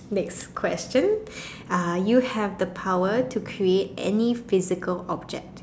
next question uh you have the power to create any physical object